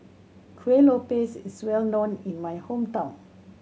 Kuih Lopes is well known in my hometown